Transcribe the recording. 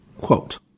Quote